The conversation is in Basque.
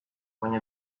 baina